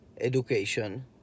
education